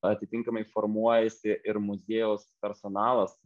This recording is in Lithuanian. atitinkamai formuojasi ir muziejaus personalas